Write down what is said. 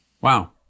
Wow